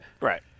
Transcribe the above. Right